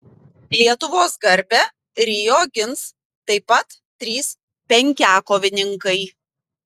lietuvos garbę rio gins taip pat trys penkiakovininkai